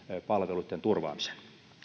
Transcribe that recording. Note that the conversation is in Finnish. palveluitten turvaamiseen